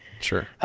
Sure